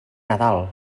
nadal